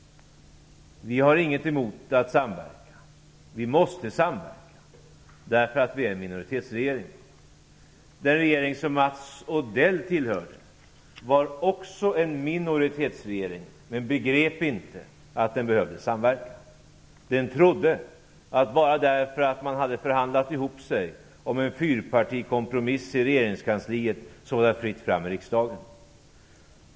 Vi har inget emot att samverka. Vi måste samverka, därför att vi är en minoritetsregering. Den regering som Mats Odell tillhörde var också en minoritetsregering, men begrep inte att den behövde samverka. Den trodde att bara därför att man hade förhandlat ihop sig om en fyrpartikompromiss i regeringskansliet var det fritt fram i riksdagen.